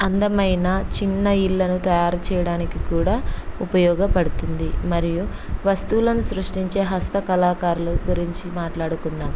అందమైన చిన్న ఇళ్ళను తయారు చేయడానికి కూడా ఉపయోగపడుతుంది మరియు వస్తువులను సృష్టించే హస్త కళాకారులు గురించి మాట్లాడుకుందాం